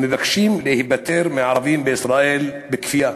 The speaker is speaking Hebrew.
המבקשים להיפטר מהערבים בישראל בכפייה,